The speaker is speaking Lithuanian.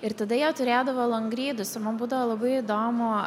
ir tada jie turėdavo langrydus ir man būdavo labai įdomu